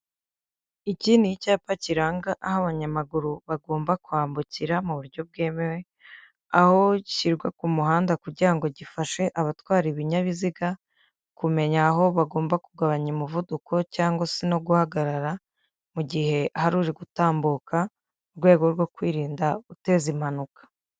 Iki ni icyapa kiranga aho abanyamaguru bagomba kwambukira mu buryo bwemewe, aho gishyirwa ku muhanda kugira ngo gifashe abatwara ibinyabiziga, kumenya aho bagomba kugabanya umuvuduko cyangwa se no guhagarara mu gihe hari uri gutambuka, mu rwego rwo kwirinda guteza impanuka.